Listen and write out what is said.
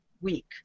week